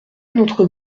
notre